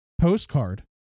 postcard